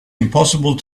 impossible